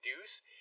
deuce